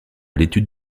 l’étude